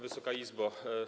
Wysoka Izbo!